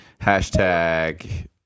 hashtag